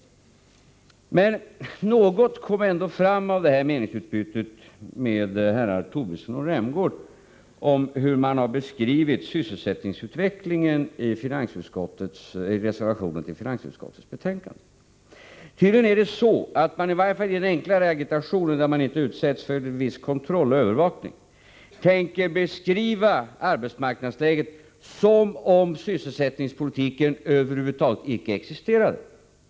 Något kom ändå fram ur det här meningsutbytet med herrar Tobisson och Rämgård om hur man har beskrivit sysselsättningsutvecklingen i reservationen till finansutskottets betänkande. Tydligen tänker man — i varje fall i den enklare agitationen, där man inte utsätts för viss kontroll och bevakning — beskriva arbetsmarknadsläget som om sysselsättningspolitiken över huvud taget icke existerade.